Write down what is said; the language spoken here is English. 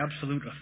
absolute